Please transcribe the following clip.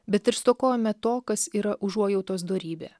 bet ir stokojame to kas yra užuojautos dorybė